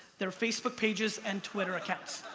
their facebook pages and twitter accounts.